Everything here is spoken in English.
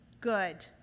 good